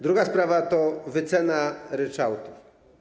Druga sprawa to wycena ryczałtu.